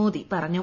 മോദി പറഞ്ഞു